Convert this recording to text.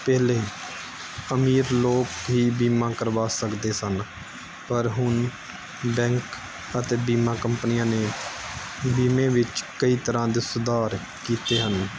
ਪਹਿਲਾਂ ਅਮੀਰ ਲੋਕ ਹੀ ਬੀਮਾ ਕਰਵਾ ਸਕਦੇ ਸਨ ਪਰ ਹੁਣ ਬੈਂਕ ਅਤੇ ਬੀਮਾ ਕੰਪਨੀਆਂ ਨੇ ਬੀਮੇ ਵਿੱਚ ਕਈ ਤਰ੍ਹਾਂ ਦੇ ਸੁਧਾਰ ਕੀਤੇ ਹਨ